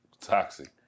toxic